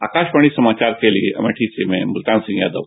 आकाशवाणी समाचार के लिए अमेठी से मैं मुल्तान सिंह यादव